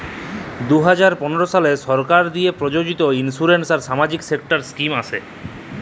দু হাজার পলের সালে সরকার দিঁয়ে পরযোজিত ইলসুরেলস আর সামাজিক সেক্টর ইস্কিম আসে